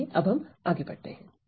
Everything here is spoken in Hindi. तो चलिए अब हम आगे बढ़ते हैं